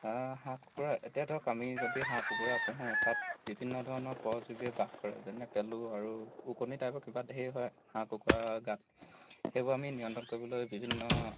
হাঁহ কুকুৰা এতিয়া ধৰক আমি যদি হাঁহ কুকুৰা পুহোঁ তাত বিভিন্ন ধৰণৰ পৰজীৱীয়ে বাস কৰে যেনে পেলু আৰু ওকণি টাইপৰ কিবা ধেই হয় হাঁহ কুকুৰা গাত সেইবোৰ আমি নিয়ন্ত্ৰণ কৰিবলৈ বিভিন্ন